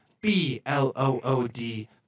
B-L-O-O-D